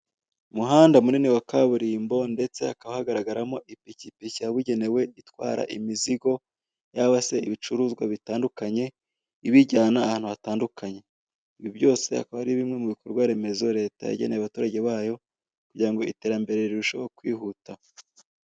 Umuhanda munini wa kaburimbo ndetse hakaba hagaragaramo ipikipiki yabugenewe itwara imizigo cyangwa se ibicuruzwa bitandukanye ibijyana ahantu hatandukanye, ibyo byose akaba ari bimwe mu bikorwaremezo leta yageneye abaturage bayo kugira ngo iterambere rirusheho kwihuta.